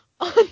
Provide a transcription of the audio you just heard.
On